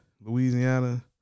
Louisiana